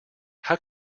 how